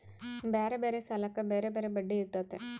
ಬ್ಯಾರೆ ಬ್ಯಾರೆ ಸಾಲಕ್ಕ ಬ್ಯಾರೆ ಬ್ಯಾರೆ ಬಡ್ಡಿ ಇರ್ತತೆ